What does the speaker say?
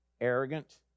arrogant